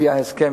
לפי ההסכם,